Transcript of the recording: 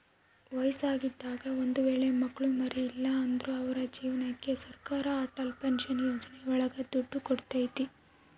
ವಯಸ್ಸಾಗಿದಾಗ ಒಂದ್ ವೇಳೆ ಮಕ್ಳು ಮರಿ ಇಲ್ಲ ಅಂದ್ರು ಅವ್ರ ಜೀವನಕ್ಕೆ ಸರಕಾರ ಅಟಲ್ ಪೆನ್ಶನ್ ಯೋಜನೆ ಒಳಗ ದುಡ್ಡು ಕೊಡ್ತೈತಿ